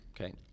okay